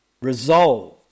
resolved